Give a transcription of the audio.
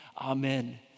Amen